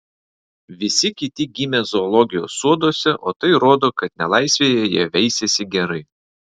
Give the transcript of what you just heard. visi kiti gimę zoologijos soduose o tai rodo kad nelaisvėje jie veisiasi gerai